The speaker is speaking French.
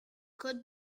code